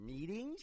meetings